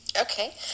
Okay